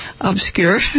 obscure